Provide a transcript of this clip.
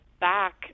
back